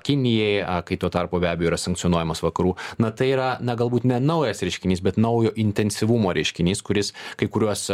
kinijai kai tuo tarpu be abejo yra sankcionuojamas vakarų na tai yra na galbūt ne naujas reiškinys bet naujo intensyvumo reiškinys kuris kai kuriuos